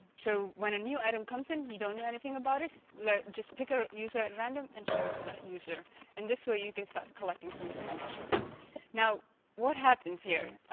so when a new item comes in you don't know anything about it like just pick a user at random and show it to that user and this way you can start collecting some information now what happens here